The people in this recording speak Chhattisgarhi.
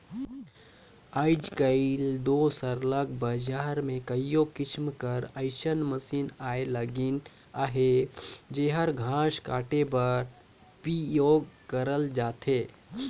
आएज काएल दो सरलग बजार में कइयो किसिम कर अइसन मसीन आए लगिन अहें जेहर घांस काटे बर उपियोग करल जाथे